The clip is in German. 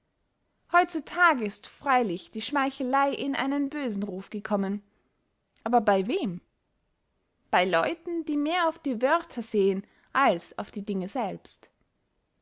heut zu tag ist freylich die schmeicheley in einen bösen ruf gekommen aber bey wem bey leuten die mehr auf die wörter sehen als auf die dinge selbst